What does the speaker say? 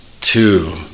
Two